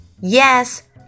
Yes